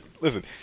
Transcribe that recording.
listen